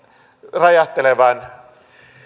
räjähtelevän